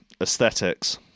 Aesthetics